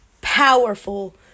powerful